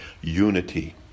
unity